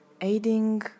aiding